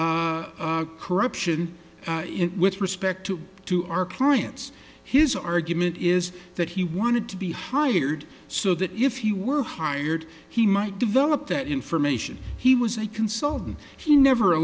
of corruption with respect to to our clients his argument is that he wanted to be hired so that if he were hired he might develop that information he was a consultant he never